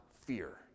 fear